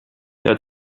per